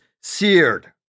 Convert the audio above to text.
seared